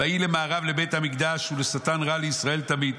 ויהי למארב לבית המקדש ולשטן רע לישראל תמיד".